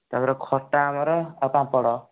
ତା'ପରେ ଖଟା ଆମର ଆଉ ପାମ୍ପଡ଼